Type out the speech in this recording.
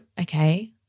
okay